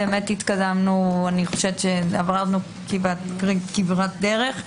התקדמנו, עברנו כברת דרך.